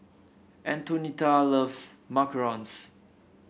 Antonetta loves macarons